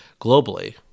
globally